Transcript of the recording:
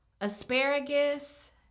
asparagus